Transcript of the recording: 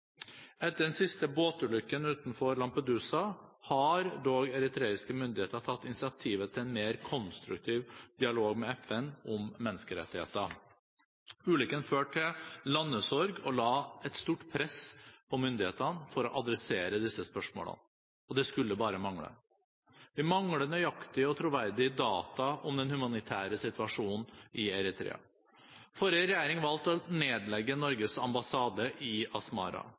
Etter den siste båtulykken utenfor Lampedusa har dog eritreiske myndigheter tatt initiativet til en mer konstruktiv dialog med FN om menneskerettigheter. Ulykken førte til landesorg og la et stort press på myndighetene om å adressere disse spørsmålene, og det skulle bare mangle. Vi mangler nøyaktige og troverdige data om den humanitære situasjonen i Eritrea. Forrige regjering valgte å nedlegge Norges ambassade i Asmara.